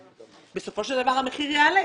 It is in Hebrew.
בסופו של דבר המחיר יעלה.